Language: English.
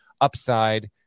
upside